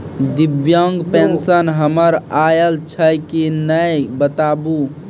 दिव्यांग पेंशन हमर आयल छै कि नैय बताबू?